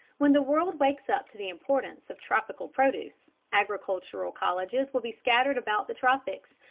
when the world wakes up to the importance of tropical produce, agricultural colleges will be scattered about the tropics,